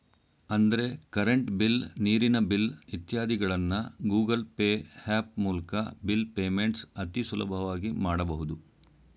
ಅಂದ್ರೆ current bill, ನೀರಿನ bill ಇತ್ಯಾದಿಗಳನ್ನ ಗೂಗಲ್ ಪೇ ಹ್ಯಾಪ್ ಮೂಲ್ಕ ಬಿಲ್ ಪೇಮೆಂಟ್ಸ್ ಅತಿ ಸುಲಭವಾಗಿ ಮಾಡಬಹುದು